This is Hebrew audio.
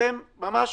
ממש